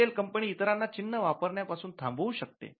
Airtel company इतरांना चिन्ह वापरण्या पासून थांबवू शकते